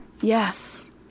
Yes